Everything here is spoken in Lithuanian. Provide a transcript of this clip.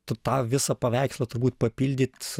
tu tą visą paveikslą turbūt papildyt